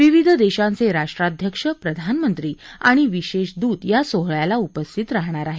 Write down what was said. विविध देशांचे राष्ट्राध्यक्ष प्रधानमंत्री आणि विशेष दूत या सोहळ्याला उपस्थित राहणार आहेत